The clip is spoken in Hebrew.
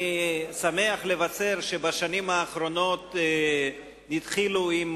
אני שמח לבשר שבשנים האחרונות התחילו עם